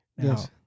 Yes